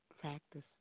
practice